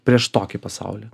prieš tokį pasaulį